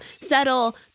settle